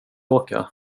åka